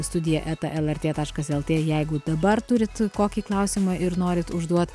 studija eta lrt taškas lt jeigu dabar turit kokį klausimą ir norit užduot